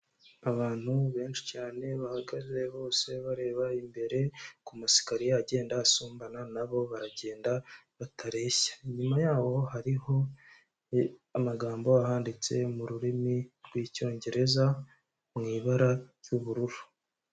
Abantu benshi cyane bahagaze bose bareba imbere ku masikariye agenda asumbana nabo baragenda batareshya, inyuma yaho hariho amagambo ahanditse mu rurimi rw'icyongereza mu ibara ry'ubururu.